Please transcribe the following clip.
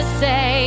say